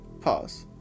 Pause